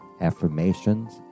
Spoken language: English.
affirmations